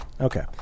Okay